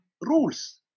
rules